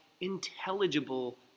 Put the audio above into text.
intelligible